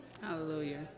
Hallelujah